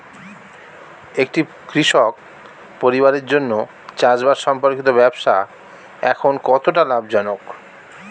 একটি কৃষক পরিবারের জন্য চাষবাষ সম্পর্কিত ব্যবসা এখন কতটা লাভজনক?